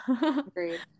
Agreed